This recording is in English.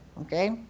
okay